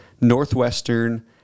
Northwestern